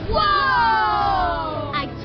Whoa